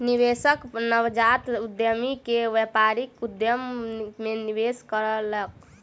निवेशक नवजात उद्यमी के व्यापारिक उद्यम मे निवेश कयलक